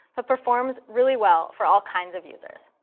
but performs really well for all kinds of users.